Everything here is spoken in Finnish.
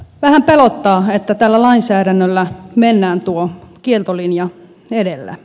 vähän pelottaa että tällä lainsäädännöllä mennään tuo kieltolinja edellä